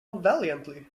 valiantly